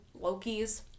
lokis